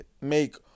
make